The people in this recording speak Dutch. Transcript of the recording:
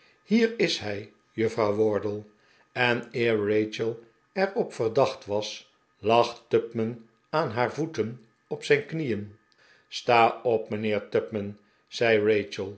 hier is hij juffrouw wardle en eer rachel er op verdacht was lag tupman aan haar voeten op zijn knieen sta op mijnheer